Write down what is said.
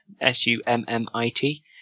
S-U-M-M-I-T